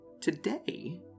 Today